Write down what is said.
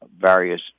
various